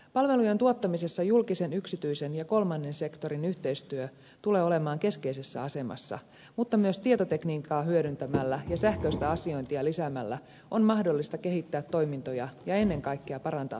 palvelujen tuottamisessa julkisen yksityisen ja kolmannen sektorin yhteistyö tulee olemaan keskeisessä asemassa mutta myös tietotekniikkaa hyödyntämällä ja sähköistä asiointia lisäämällä on mahdollista kehittää toimintoja ja ennen kaikkea parantaa tuottavuutta